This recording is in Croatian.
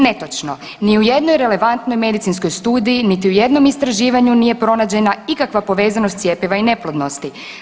Netočno, ni u jednoj relevantnoj medicinskoj studiji niti u jednom istraživanju nije pronađena ikakva povezanost cjepiva i neplodnosti.